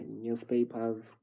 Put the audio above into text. newspapers